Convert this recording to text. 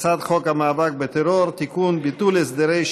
הצעת חוק אושרה בקריאה טרומית ותועבר לוועדת העבודה,